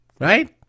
right